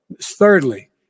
thirdly